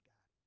God